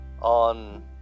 on